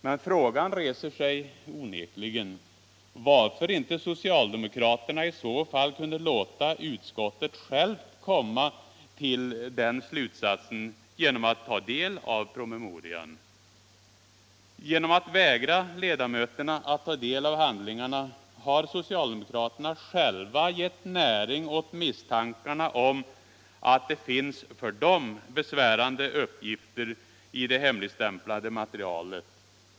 Men frågan reser sig onekligen varför inte socialdemokraterna i så fall kunde låta utskottet självt komma till den slutsatsen genom att ta del av promemorian. Genom att vägra ledamöterna att ta del av handlingarna har socialdemokraterna själva gett näring åt misstankarna om att det finns för dem besvärande uppgifter i det hemligstämplade materialet.